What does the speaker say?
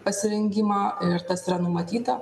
pasirengimą ir tas yra numatyta